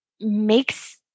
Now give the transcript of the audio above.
makes